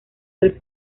del